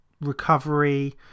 recovery